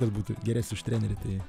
kad būtų geresnis už trenerį tai